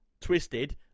twisted